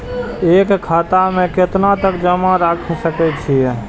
एक खाता में केतना तक जमा राईख सके छिए?